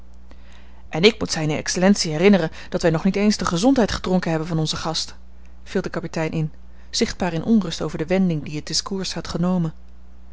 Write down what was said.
en ik moet zijne excellentie herinneren dat wij nog niet eens de gezondheid gedronken hebben van onzen gast viel de kapitein in zichtbaar in onrust over de wending die het discours had genomen